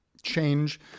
change